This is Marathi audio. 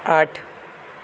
आठ